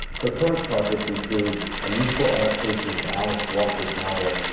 her current projects include a musical adaptation of alice walker's novel,